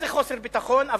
איזה חוסר ביטחון?